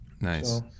nice